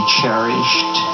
cherished